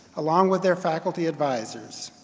along with their faculty advisors.